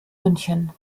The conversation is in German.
münchen